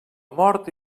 mort